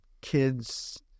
kids